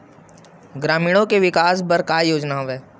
ग्रामीणों के विकास बर का योजना हवय?